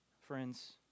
Friends